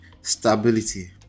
stability